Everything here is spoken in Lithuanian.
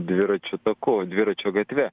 dviračių taku dviračių gatve